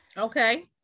Okay